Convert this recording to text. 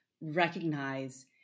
recognize